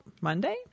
Monday